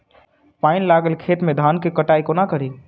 पानि लागल खेत मे धान केँ कटाई कोना कड़ी?